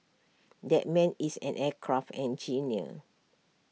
that man is an aircraft engineer